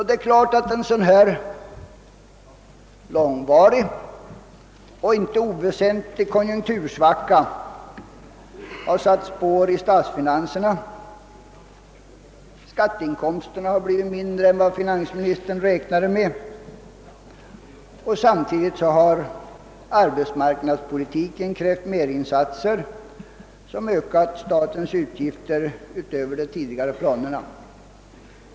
Självfallet har den långvariga och inte oväsentliga konjunktursvackan satt spår i statsfinanserna. Skatteinkomsterna har blivit mindre än vad finansministern räknade med, och samtidigt har arbetsmarknadspolitiken krävt merinsatser som ökat statens utgifter utöver de tidigare planerna.